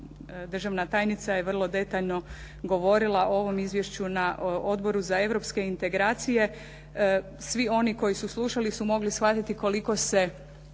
državna tajnica je vrlo detaljno govorila o ovom izvješću na Odboru za europske integracije. Svi oni koji su slušali su mogli shvatiti koliko se